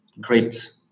great